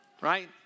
right